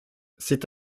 c’est